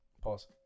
Pause